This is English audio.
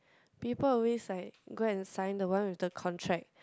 people always like go and sign the one with the contract